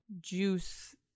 juice